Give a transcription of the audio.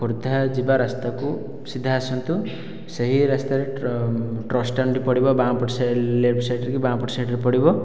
ଖୋର୍ଦ୍ଧା ଯିବା ରାସ୍ତାକୁ ସିଧା ଆସନ୍ତୁ ସେଇ ରାସ୍ତାରେ ଟ୍ରସ୍ ଷ୍ଟାଣ୍ଡ ପଡ଼ିବ ବାଁ ପଟ ସାଇଡ଼ ଲେଫ୍ଟ ସାଇଡ଼ କି ବାଁ ପଟ ସାଇଡ଼ରେ ପଡ଼ିବ